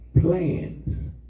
plans